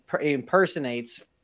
impersonates